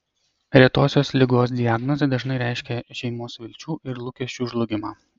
retosios ligos diagnozė dažnai reiškia šeimos vilčių ir lūkesčių žlugimą